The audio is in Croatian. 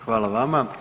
Hvala vama.